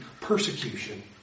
persecution